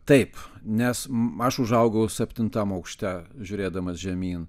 taip nes aš užaugau septintam aukšte žiūrėdamas žemyn